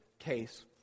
case